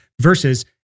versus